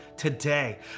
Today